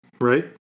right